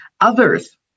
others